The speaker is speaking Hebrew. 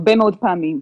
הרבה פעמים.